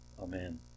Amen